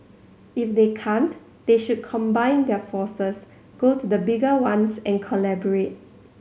if they can't they should combine their forces go to the bigger ones and collaborate